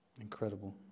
incredible